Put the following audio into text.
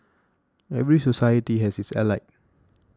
every society has its elite